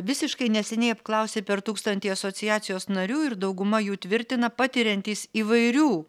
visiškai neseniai apklausė per tūkstantį asociacijos narių ir dauguma jų tvirtina patiriantys įvairių